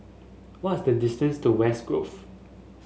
what is the distance to West Grove